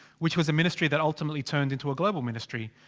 which was a ministry that ultimately turned into a global ministry.